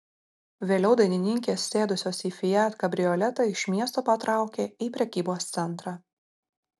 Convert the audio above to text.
vėliau dainininkės sėdusios į fiat kabrioletą iš miesto patraukė į prekybos centrą